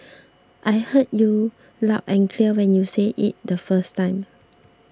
I heard you loud and clear when you say it the first time